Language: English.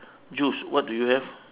juice what do you have